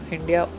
India